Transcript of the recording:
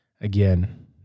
Again